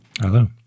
Hello